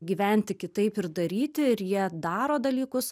gyventi kitaip ir daryti ir jie daro dalykus